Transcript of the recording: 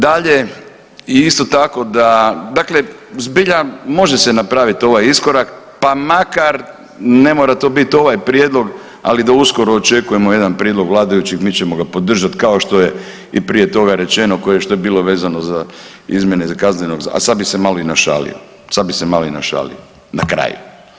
Dalje, i isto tako da, dakle zbilja može se napraviti ovaj iskorak pa makar ne mora to biti ovaj prijedlog ali da uskoro očekujemo jedan prijedlog vladajućih, mi ćemo ga podržat kao što je i prije toga rečeno koje šta je bilo vezano za izmjene kaznenog, a sad bi se malo i našalio, sad bi se malo i našalio na kraju.